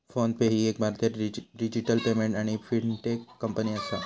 phone पे ही एक भारतीय डिजिटल पेमेंट आणि फिनटेक कंपनी आसा